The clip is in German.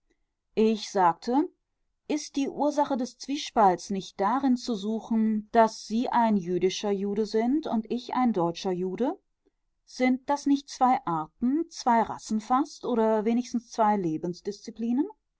ich sagte ist die ursache des zwiespalts nicht darin zu suchen daß sie ein jüdischer jude sind und ich ein deutscher jude sind das nicht zwei arten zwei rassen fast oder wenigstens zwei